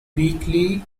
weekly